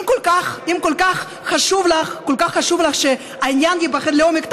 אם כל כך חשוב לך שהעניין ייבחן לעומק,